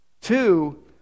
two